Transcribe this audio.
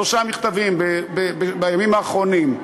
שלושה מכתבים בימים האחרונים.